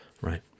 Right